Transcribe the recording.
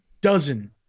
dozen